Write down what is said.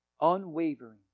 unwavering